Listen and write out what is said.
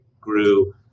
grew